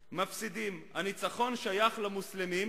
מפסידים, הניצחון שייך למוסלמים